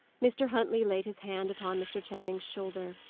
mr. huntley laid his hand upon mr. channing's shoulder.